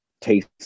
taste